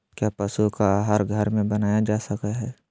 क्या पशु का आहार घर में बनाया जा सकय हैय?